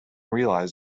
realize